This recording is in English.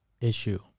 issue